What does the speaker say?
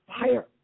fire